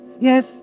Yes